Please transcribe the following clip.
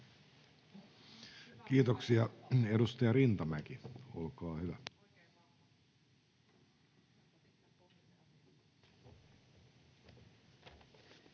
Kiitoksia. — Edustaja Rintamäki, olkaa hyvä.